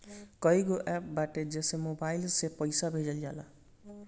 कईगो एप्प बाटे जेसे मोबाईल से पईसा भेजल जाला